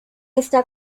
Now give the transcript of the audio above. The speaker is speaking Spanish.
esta